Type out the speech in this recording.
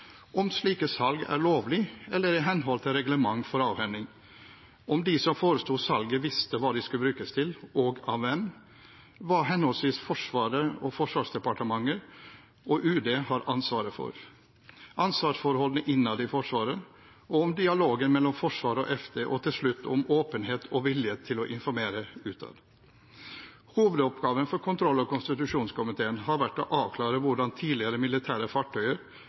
om slike salg er lovlige eller i henhold til reglementet for avhending om de som foresto salget, visste hva de skulle brukes til, og av hvem hva henholdsvis Forsvaret/Forsvarsdepartementet og Utenriksdepartementet har ansvaret for ansvarsforholdene innad i Forsvaret om dialogen mellom Forsvaret og Forsvarsdepartementet og – til slutt – om åpenhet og vilje til å informere utad Hovedoppgaven for kontroll- og konstitusjonskomiteen har vært å avklare hvordan tidligere militære